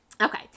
Okay